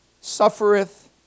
suffereth